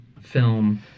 film